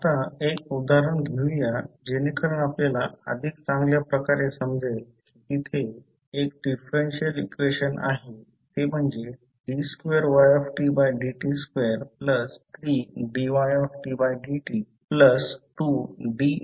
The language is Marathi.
आता एक उदाहरण घेऊया जेणेकरून आपल्याला अधिक चांगल्या प्रकारे समजेल की तेथे एक डिफरेन्शियल इक्वेशन आहे ते म्हणजे d2ydt23dytdt2ytrt